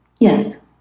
Yes